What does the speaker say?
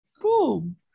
Boom